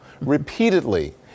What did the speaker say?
Repeatedly